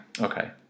Okay